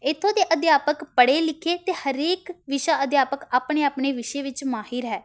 ਇੱਥੋਂ ਦੇ ਅਧਿਆਪਕ ਪੜ੍ਹੇ ਲਿਖੇ ਅਤੇ ਹਰੇਕ ਵਿਸ਼ਾ ਅਧਿਆਪਕ ਆਪਣੇ ਆਪਣੇ ਵਿਸ਼ੇ ਵਿੱਚ ਮਾਹਿਰ ਹੈ